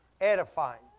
edifying